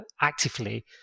actively